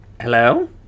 hello